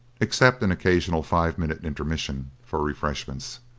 except an occasional five-minute intermission for refreshments.